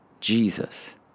Jesus